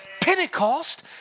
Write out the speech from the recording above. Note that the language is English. Pentecost